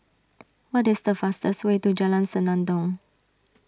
what is the fastest way to Jalan Senandong